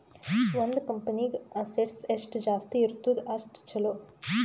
ಒಂದ್ ಕಂಪನಿಗ್ ಅಸೆಟ್ಸ್ ಎಷ್ಟ ಜಾಸ್ತಿ ಇರ್ತುದ್ ಅಷ್ಟ ಛಲೋ